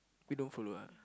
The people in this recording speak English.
you don't follow ah